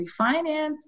refinance